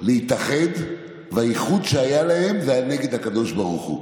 להתאחד, והאיחוד שהיה להם היה נגד הקדוש ברוך הוא.